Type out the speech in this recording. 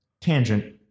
tangent